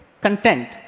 content